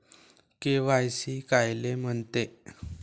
KYC कायले म्हनते?